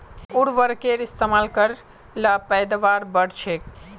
उर्वरकेर इस्तेमाल कर ल पैदावार बढ़छेक